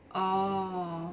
oh